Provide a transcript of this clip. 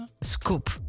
scoop